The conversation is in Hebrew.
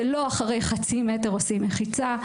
לא אחרי חצי מטר עושים מחיצה,